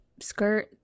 skirt